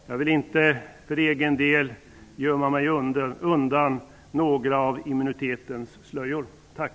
Jag vill inte för egen del gömma mig undan bakom några av immunitetens slöjor. Tack!